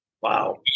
Wow